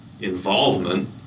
involvement